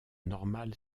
normale